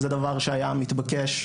זה דבר שהיה מתבקש,